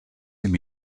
him